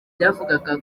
byavugaga